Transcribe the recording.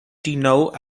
denote